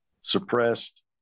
suppressed